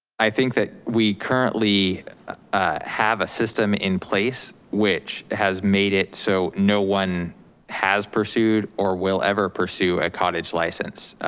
i think that we currently have a system in place which has made it so no one has pursued or will ever pursue a cottage license.